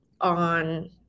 on